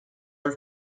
have